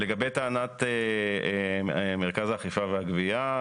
לגבי טענת מרכז האכיפה והגבייה,